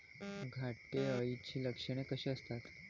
घाटे अळीची लक्षणे कशी असतात?